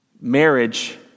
Marriage